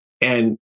And-